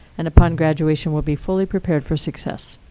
and upon graduation will be fully prepared for success?